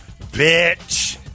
Bitch